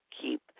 keep